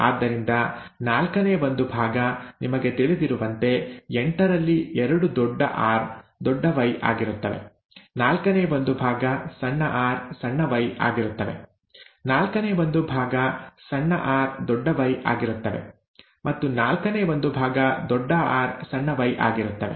ಆದ್ದರಿಂದ ನಾಲ್ಕನೇ ಒಂದು ಭಾಗ ನಿಮಗೆ ತಿಳಿದಿರುವಂತೆ ಎಂಟರಲ್ಲಿ ಎರಡು ದೊಡ್ಡ ಆರ್ ದೊಡ್ಡ ವೈ ಆಗಿರುತ್ತವೆ ನಾಲ್ಕನೇ ಒಂದು ಭಾಗ ಸಣ್ಣ ಆರ್ ಸಣ್ಣ ವೈ ಆಗಿರುತ್ತವೆ ನಾಲ್ಕನೇ ಒಂದು ಭಾಗ ಸಣ್ಣ ಆರ್ ದೊಡ್ಡ ವೈ ಆಗಿರುತ್ತವೆ ಮತ್ತು ನಾಲ್ಕನೇ ಒಂದು ಭಾಗ ದೊಡ್ಡ ಆರ್ ಸಣ್ಣ ವೈ ಆಗಿರುತ್ತವೆ